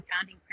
founding